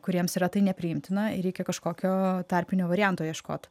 kuriems yra tai nepriimtina ir reikia kažkokio tarpinio varianto ieškot